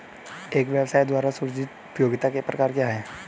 एक व्यवसाय द्वारा सृजित उपयोगिताओं के प्रकार क्या हैं?